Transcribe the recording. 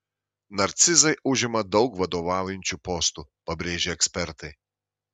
narcizai užima daug vadovaujančių postų pabrėžia ekspertai